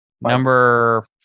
Number